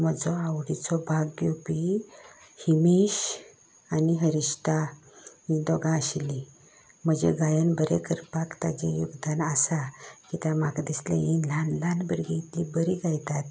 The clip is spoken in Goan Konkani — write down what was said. म्हजो आवडीचो भाग घेवपी हिमेश आनी हरिश्ता ही दोगांय आशिल्लीं म्हजें गायन बरें करपाक तांचें योगदान आसा कित्याक म्हाका दिसलें हीं ल्हान भुरगीं इतलीं बरीं गायतात